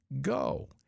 go